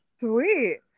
Sweet